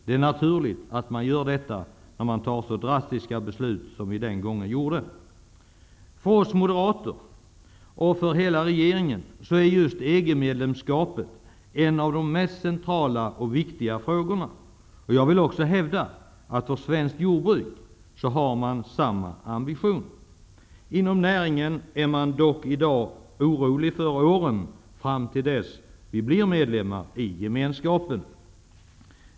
Det är naturligt när man fattar ett så drastiskt beslut som vi den gången gjorde. För oss moderater och för hela regeringen är just EG-medlemskapet en av de mest centrala och viktiga frågorna. Jag vill också hävda att man inom svenskt jordbruk har samma uppfattning. Inom näringen är man dock orolig för de år fram till dess att vi blir medlemmar i Gemenskapen.